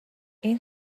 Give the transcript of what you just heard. این